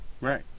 Right